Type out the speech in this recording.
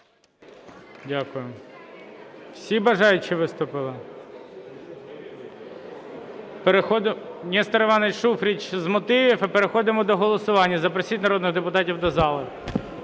Дякую. Всі бажаючі виступили? Нестор Іванович Шуфрич – з мотивів. І переходимо до голосування. Запросіть народних депутатів до зали.